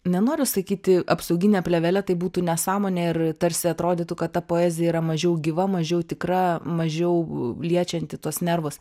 nenoriu sakyti apsaugine plėvele tai būtų nesąmonė ir tarsi atrodytų kad ta poezija yra mažiau gyva mažiau tikra mažiau liečianti tuos nervus